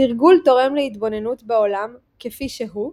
התרגול תורם להתבוננות בעולם "כפי שהוא",